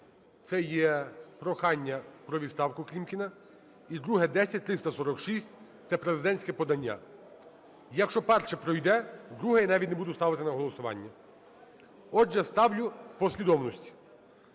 це є прохання про відставкуКлімкіна. І другий – 10346, це президентське подання. Якщо перше пройде, друге я навіть не буду ставити на голосування. Отже, ставлю в послідовності.